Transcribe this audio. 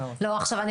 עכשיו,